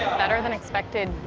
better than expected.